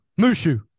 Mushu